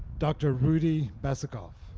dr. rudy besikof.